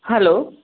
hello